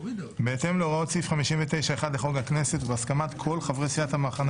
בהתאם להוראות סעיף 59(1) לחוק הכנסת ובהסכמת כל חברי סיעת המחנה